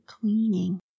cleaning